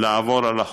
לעבור על החוק.